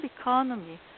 economy